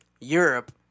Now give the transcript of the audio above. Europe